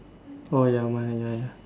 oh ya my ya ya